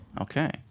Okay